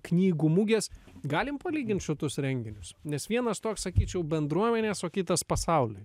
knygų mugės galim palygint šitus renginius nes vienas toks sakyčiau bendruomenės o kitas pasauliui